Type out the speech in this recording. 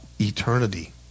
eternity